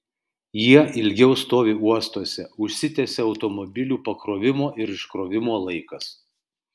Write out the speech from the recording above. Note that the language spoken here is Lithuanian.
jie ilgiau stovi uostuose užsitęsia automobilių pakrovimo ir iškrovimo laikas